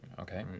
Okay